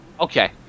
Okay